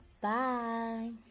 Bye